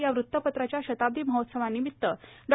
या वृतपत्राच्या शताब्दी महोत्सवानिमित्त डॉ